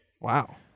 Wow